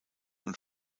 und